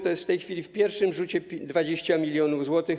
To jest w tej chwili w pierwszym rzucie 20 mln zł.